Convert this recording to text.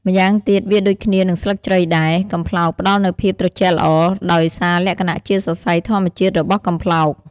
ម្យ៉ាងទៀតវាដូចគ្នានឹងស្លឹកជ្រៃដែរ កំប្លោកផ្ដល់នូវភាពត្រជាក់ល្អ ដោយសារលក្ខណៈជាសរសៃធម្មជាតិរបស់កំប្លោក។